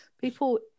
People